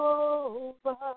over